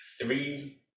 three